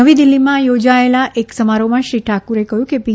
નવી દિલ્ફીમાં થોજાયેલા એક સમારોહમાં શ્રી ઠાકુરે કહ્યું કે પી